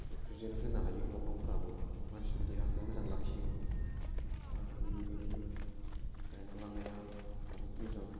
present होनो हायो दंफांफोराबो मानसिनि देहाखौ मोजां लाखियो दा बेनिखायनो गायना लानाया बहुत मोजां